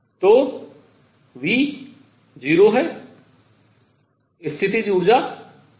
तो V 0 है स्थितिज ऊर्जा शून्य है